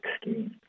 scheme